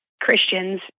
Christians